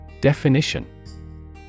Definition